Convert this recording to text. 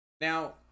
now